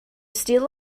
steal